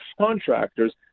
contractors